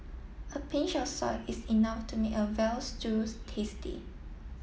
a pinch of salt is enough to make a veal stew tasty